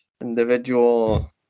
individual